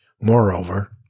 Moreover